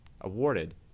awarded